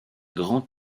grand